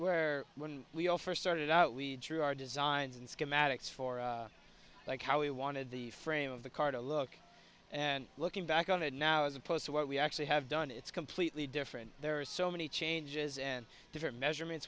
where when we first started out lead to our designs and schematics for like how we wanted the frame of the car to look and looking back on it now as opposed to what we actually have done it's completely different there are so many changes and different measurements